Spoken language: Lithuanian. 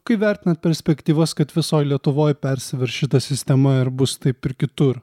kai vertinat perspektyvas kad visoj lietuvoj persvers šita sistema ir bus taip ir kitur